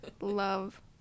love